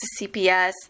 CPS